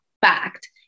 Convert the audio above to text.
fact